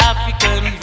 African